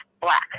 black